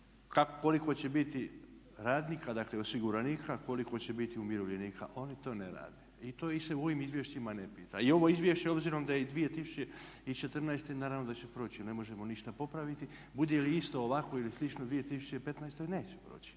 koliko će biti radnika, dakle osiguranika, koliko će biti umirovljenika. Oni to ne rade. I to ih se u ovim izvješćima ne pita. I ovo izvješće obzirom da je iz 2014. naravno da će proći, jer ne možemo ništa popraviti. Bude li isto ovakvo ili slično 2015. neće proći